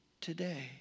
today